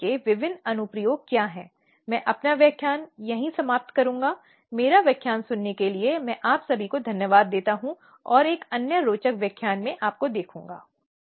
एक बहुत शक्तिशाली कानून जो महिलाओं के अधिकारों और उनके अधिकारों की रक्षा के लिए आया है